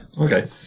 Okay